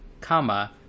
comma